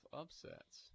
upsets